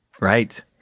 right